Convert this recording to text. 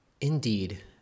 Indeed